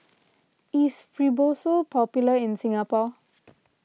is Fibrosol popular in Singapore